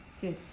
Good